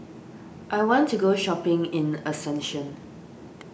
I want to go shopping in Asuncion